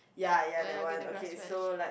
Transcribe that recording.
oh ya get the glass patch